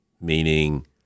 meaning